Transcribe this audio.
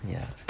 ya